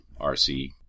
RC